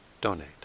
donate